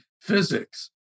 physics